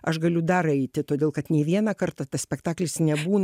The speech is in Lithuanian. aš galiu dar eiti todėl kad nei vieną kartą tas spektaklis nebūna